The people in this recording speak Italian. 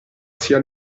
sia